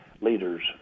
leaders